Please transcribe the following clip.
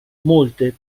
molte